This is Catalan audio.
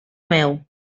meu